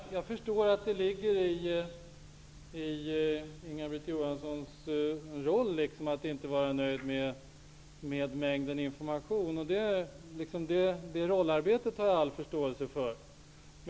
Herr talman! Jag förstår att det ligger i Inga-Britt Johanssons roll att inte vara nöjd med mängden information. Det rollarbetet har jag all förståelse för.